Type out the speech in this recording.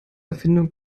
erfindung